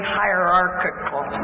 hierarchical